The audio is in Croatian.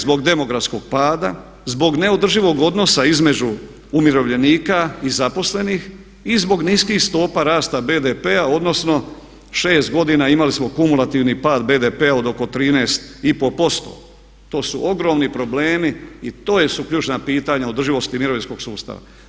Zbog demografskog pada, zbog neodrživog odnosa između umirovljenika i zaposlenih i zbog niskih stopa rasta BDP-a odnosno 6 godina imali smo kumulativni pad BDP-a od oko 13,5%. to su ogromni problemi i to su ključna pitanja održivosti mirovinskog sustava.